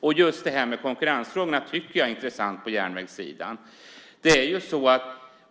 Jag tycker att just konkurrensfrågorna på järnvägssidan är intressanta.